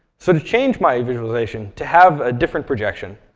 so to change my visualization to have a different projection,